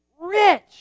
rich